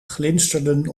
glinsterden